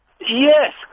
Yes